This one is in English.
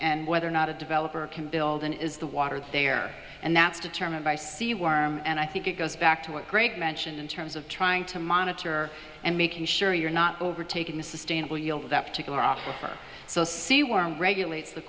and whether or not a developer can build in is the water there and that's determined by sea worm and i think it goes back to what greg mentioned in terms of trying to monitor and making sure you're not overtaking the sustainable yield of that particular hour or so see we're regulates the